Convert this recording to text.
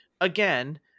again